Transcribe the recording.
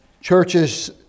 churches